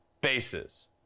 bases